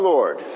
Lord